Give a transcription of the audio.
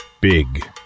Big